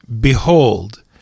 behold